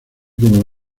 como